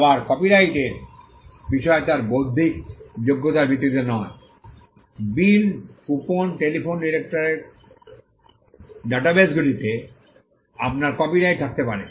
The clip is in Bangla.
আবার কপিরাইটের বিষয় তার বৌদ্ধিক যোগ্যতার ভিত্তিতে নয় বিল কুপন টেলিফোন ডিরেক্টরি ডাটাবেসগুলিতে আপনার কপিরাইট থাকতে পারে